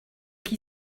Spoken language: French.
qui